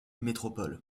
métropole